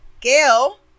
gail